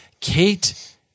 Kate